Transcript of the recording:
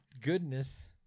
goodness